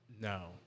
no